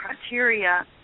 criteria